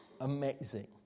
amazing